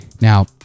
now